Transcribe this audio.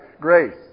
grace